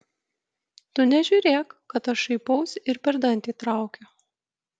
tu nežiūrėk kad aš šaipausi ir per dantį traukiu